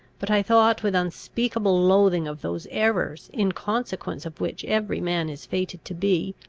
but i thought with unspeakable loathing of those errors, in consequence of which every man is fated to be,